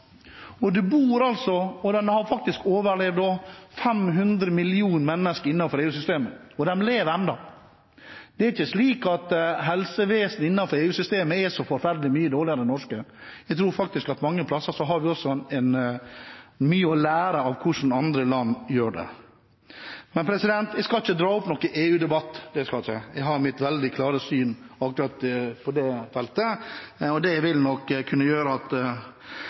Og det bor – og de har faktisk overlevd også – 500 millioner mennesker innenfor EU-systemet. Og de lever ennå. Det er ikke slik at helsevesenet innenfor EU-systemet er så forferdelig mye dårligere enn det norske. Jeg tror faktisk at mange steder har vi også mye å lære av hvordan andre land gjør det. Men jeg skal ikke dra opp noen EU-debatt, det skal jeg ikke. Jeg har mitt veldig klare syn akkurat på det feltet, og det vil nok kunne gjøre at